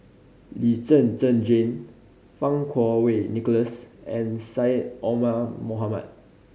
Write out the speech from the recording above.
Lee Zhen Zhen Jane Fang Kuo Wei Nicholas and Syed Omar Mohamed